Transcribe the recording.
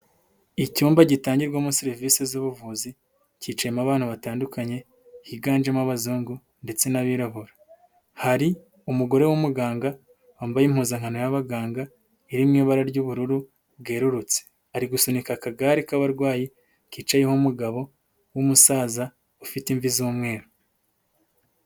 Icyumba gitangirwamo serivise z'ubuvuzi, cyicayemo abantu batandukanye, higanjemo abazungu ndetse n'abirabura. Hari umugore w'umuganga wambaye impuzankano yab'abaganga iri mu ibara ry'ubururu bwerurutse, ari gusunika akagare k'abarwayi, kicayeho umugabo w'umusaza ufite imvi z'umweru.